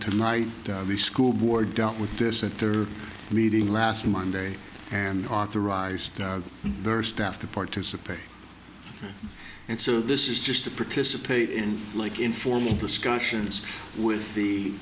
tonight the school board dealt with this at their meeting last monday and authorized their staff to participate and so this is just to participate in like informal discussions with